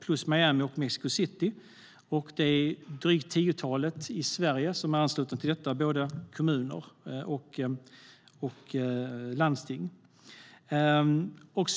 plus Miami och Mexico City. I Sverige är ett drygt tiotal kommuner och landsting anslutna till detta.